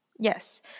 Yes